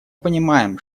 понимаем